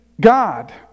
God